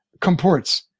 comports